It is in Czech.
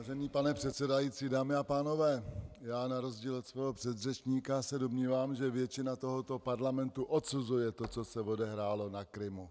Vážený pane předsedající, dámy a pánové, já na rozdíl od svého předřečníka se domnívám, že většina tohoto parlamentu odsuzuje to, co se odehrálo na Krymu.